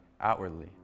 outwardly